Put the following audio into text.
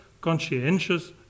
conscientious